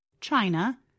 China